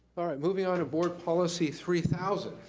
all right moving on to board policy three thousand,